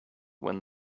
when